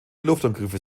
luftangriffe